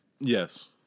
yes